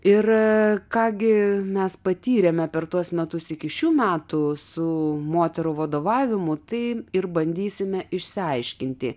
ir ką gi mes patyrėme per tuos metus iki šių metų su moterų vadovavimu tai ir bandysime išsiaiškinti